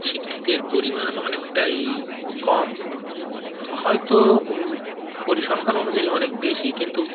শিক্ষিতের পরিমাণ অনেকটাই কম হয়তো পরিসংখ্যান অনুযায়ী অনেক বেশি কিন্তু